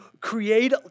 create